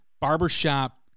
barbershop